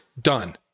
Done